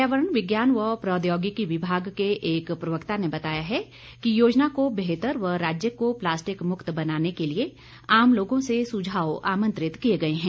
पर्यावरण विज्ञान व प्रौद्योगिकी विभाग के एक प्रवक्ता ने बताया है कि योजना को बेहतर व राज्य को प्लास्टिक मुक्त बनाने के लिए आम लोगों से सुझाव आमंत्रित किए गए हैं